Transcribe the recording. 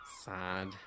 Sad